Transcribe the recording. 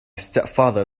stepfather